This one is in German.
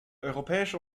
europäische